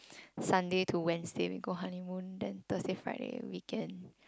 Sunday to Wednesday we go honeymoon then Thursday Friday weekend